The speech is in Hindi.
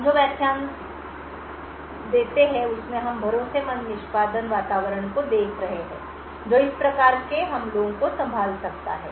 हम जो व्याख्यान देते हैं उसमें हम भरोसेमंद निष्पादन वातावरण को देख रहे हैं जो इस प्रकार के हमलों को संभाल सकता है